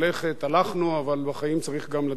אבל בחיים גם צריך לדעת להתפשר.